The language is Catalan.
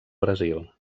brasil